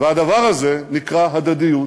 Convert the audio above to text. והדבר הזה נקרא הדדיות.